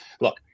look